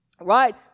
right